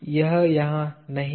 यह यहाँ नहीं है